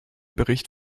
bericht